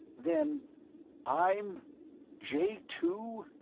then i'm jay two?